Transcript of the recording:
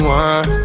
one